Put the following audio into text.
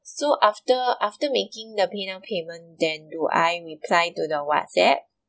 so after after making the paynow payment then do I reply to the whatsapp